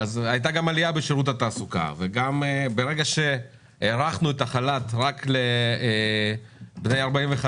הייתה גם עלייה בשירות התעסוקה וגם ברגע שהארכנו את החל"ת רק לבני 45